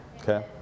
Okay